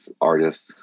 artists